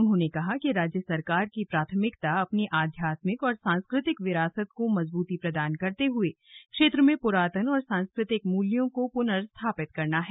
उन्होंने कहा कि राज्य सरकार की प्राथमिकता अपनी आध्यात्मिक और सांस्कृतिक विरासत को मजबूती प्रदान करते हुए क्षेत्र में पुरातन और सांस्कृतिक मूल्यों को पुनर्स्थापित करना है